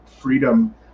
freedom